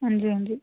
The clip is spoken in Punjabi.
ਹਾਂਜੀ ਹਾਂਜੀ